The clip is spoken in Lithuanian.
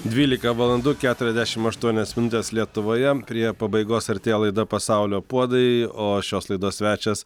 dvylika valandų keturiasdešim aštuonios minutės lietuvoje prie pabaigos artėja laida pasaulio puodai o šios laidos svečias